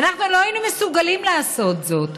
ואנחנו לא היינו מסוגלים לעשות זאת.